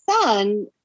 son